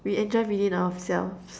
we enjoy within ourselves